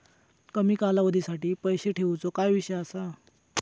कमी कालावधीसाठी पैसे ठेऊचो काय विषय असा?